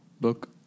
book